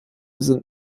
sind